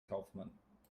kaufmann